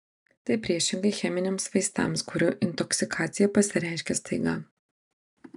tai priešingai cheminiams vaistams kurių intoksikacija pasireiškia staiga